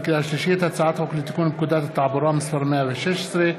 הצעת חוק לתיקון פקודת התעבורה (מס' 116),